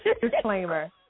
Disclaimer